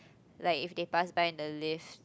like if they pass by in the lift